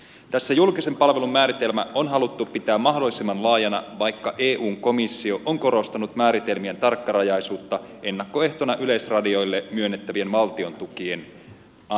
tässä julkisen palvelun määritelmä on haluttu pitää mahdollisimman laajana vaikka eun komissio on korostanut määritelmien tarkkarajaisuutta ennakkoehtona yleisradioille myönnettävien valtion tukien antamisessa